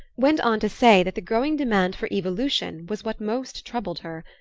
went on to say that the growing demand for evolution was what most troubled her.